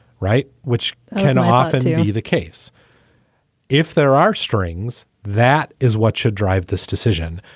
right. which can often be the case if there are strings. that is what should drive this decision,